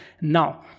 Now